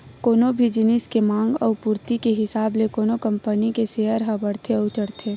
कोनो भी जिनिस के मांग अउ पूरति के हिसाब ले कोनो कंपनी के सेयर ह बड़थे अउ चढ़थे